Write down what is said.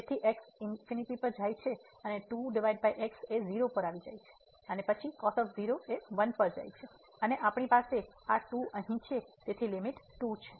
તેથી x ∞ પર જાય છે 0 પર જાય છે અને પછી 1 પર જાય છે અને આપણી પાસે આ 2 અહીં છે તેથી લીમીટ 2 છે